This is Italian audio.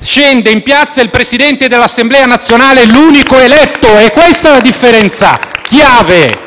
scende in piazza il presidente dell'Assemblea nazionale, l'unico eletto. *(Applausi dal Gruppo PD)*. Questa è la differenza chiave,